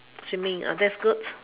swimming ah that's good